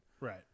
Right